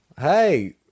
Hey